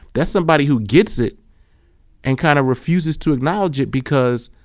that's somebody who gets it and kind of refuses to acknowledge it because